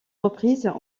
reprises